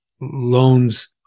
loans